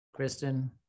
Kristen